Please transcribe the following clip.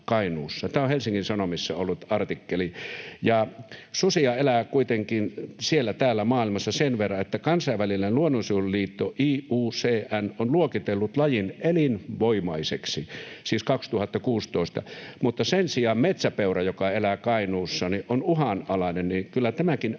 tämä on Helsingin Sanomissa ollut artikkeli. Ja susia elää kuitenkin siellä täällä maailmassa sen verran, että Kansainvälinen luonnonsuojeluliitto IUCN on luokitellut lajin elinvoimaiseksi, siis 2016. Mutta sen sijaan metsäpeura, joka elää Kainuussa, on uhanalainen, niin että kyllä tämäkin asia